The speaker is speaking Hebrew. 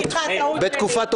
תודה לי, בבקשה.